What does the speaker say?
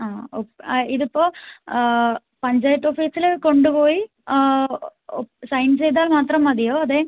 ആ ആ ഇതിപ്പോൾ പഞ്ചായത്ത് ഓഫീസിൽ കൊണ്ടുപോയി സൈൻ ചെയ്താൽ മാത്രം മതിയോ അതെ